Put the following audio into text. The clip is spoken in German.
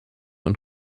und